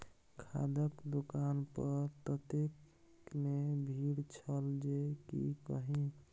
खादक दोकान पर ततेक ने भीड़ छल जे की कही